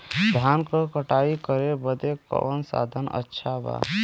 धान क कटाई करे बदे कवन साधन अच्छा बा?